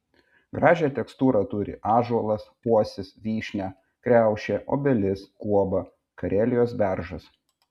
gražią tekstūrą turi ąžuolas uosis vyšnia kriaušė obelis guoba karelijos beržas